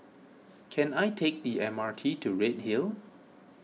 can I take the M R T to Redhill